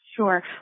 Sure